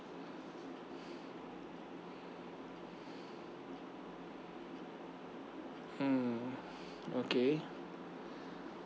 mm okay